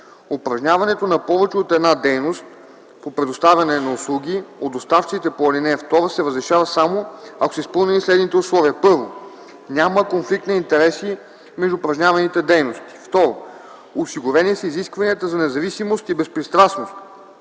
Упражняването на повече от една дейност по предоставяне на услуги от доставчиците по ал. 2 се разрешава само ако са изпълнени следните условия: 1. няма конфликт на интереси между упражняваните дейности; 2. осигурени са изискванията за независимост и безпристрастност